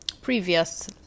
previous